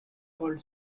called